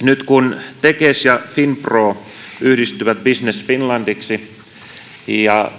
nyt kun tekes ja finpro yhdistyvät business finlandiksi ja